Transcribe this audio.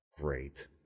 great